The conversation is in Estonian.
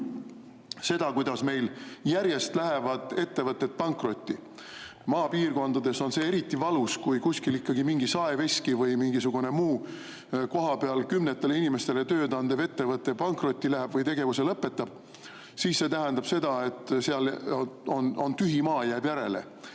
näeme, kuidas järjest lähevad ettevõtted pankrotti. Maapiirkondades on see eriti valus, kui kuskil mingi saeveski või mingisugune muu, kohapeal kümnetele inimestele tööd andev ettevõte pankrotti läheb või tegevuse lõpetab. See tähendab seda, et seal jääb järele